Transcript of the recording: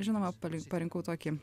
žinoma pa parinkau tokį